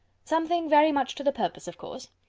something very much to the purpose of course.